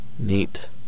Neat